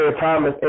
Thomas